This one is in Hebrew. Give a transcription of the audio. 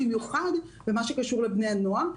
ובמיוחד במה שקשור לבני נוער.